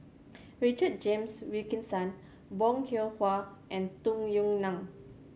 Richard James Wilkinson Bong Hiong Hwa and Tung Yue Nang